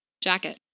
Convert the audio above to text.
jacket